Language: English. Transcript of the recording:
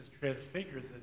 transfigured